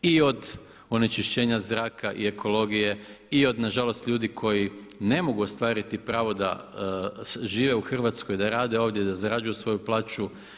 I od onečišćenja zraka i ekologije i od nažalost ljudi koji ne mogu ostvariti pravo da žive u Hrvatskoj, da rade ovdje, da zarađuju svoju plaću.